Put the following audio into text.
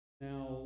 Now